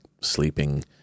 sleeping